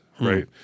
right